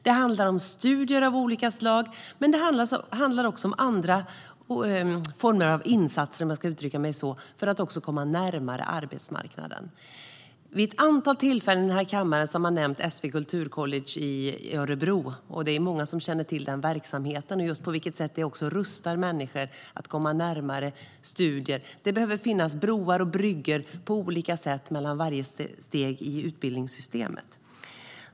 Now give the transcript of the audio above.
Det handlar om studier av olika slag, och det handlar också om andra former av insatser, om jag ska uttrycka mig så, för att komma närmare arbetsmarknaden. Vid ett antal tillfällen här i kammaren har man nämnt SV Kulturcollege i Örebro. Det är många som känner till den verksamheten och på vilket sätt det också rustar människor att komma närmare studier. Det behöver finnas olika broar och bryggor mellan varje steg i utbildningssystemet.